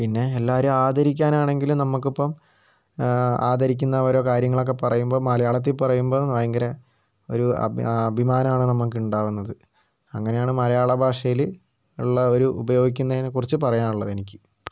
പിന്നെ എല്ലാവരും ആദരിക്കാന് ആണെങ്കിലും നമ്മക്കിപ്പം ആദരിക്കുന്ന ഓരോ കാര്യങ്ങളൊക്കെ പറയുമ്പം മലയാളത്തിൽ പറയുമ്പം ആണ് ഭയങ്കര ഒരു അഭിമാനമാണ് നമ്മൾക്ക് ഉണ്ടാവുന്നത് അങ്ങനെയാണ് മലയാളഭാഷയിൽ ഉള്ള ഒരു ഉപയോഗിക്കുന്നതിനെക്കുറിച്ച് പറയാനുള്ളത് എനിക്ക്